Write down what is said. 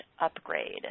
upgrade